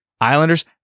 islanders